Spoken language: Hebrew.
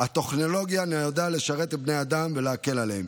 הטכנולוגיה נועדה לשרת את בני האדם ולהקל עליהם.